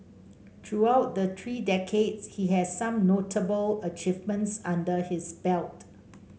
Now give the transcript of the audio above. throughout the three decades he has some notable achievements under his belt